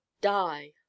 die